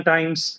Times